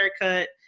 haircut